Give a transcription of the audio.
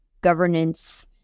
governance